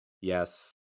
Yes